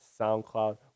SoundCloud